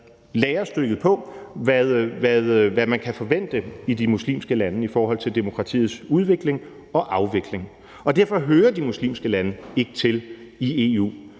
lærestykket på, hvad man kan forvente i de muslimske lande i forhold til demokratiets udvikling og afvikling, og derfor hører de muslimske lande ikke til i EU,